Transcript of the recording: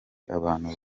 abantu